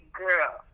girl